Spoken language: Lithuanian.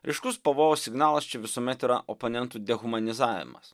ryškus pavojaus signalas čia visuomet yra oponentų dehumanizavimas